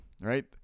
right